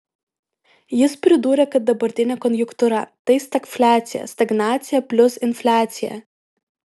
jis pridūrė kad dabartinė konjunktūra tai stagfliacija stagnacija plius infliacija